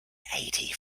eighty